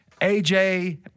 AJ